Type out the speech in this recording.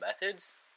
methods